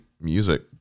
music